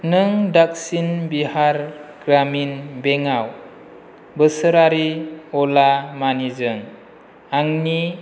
नों दक्षिन बिहार ग्रामिन बेंकआव बोसोरारि अला मानिजों आंनि